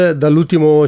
dall'ultimo